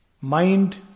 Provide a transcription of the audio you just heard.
mind